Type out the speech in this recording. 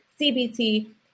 CBT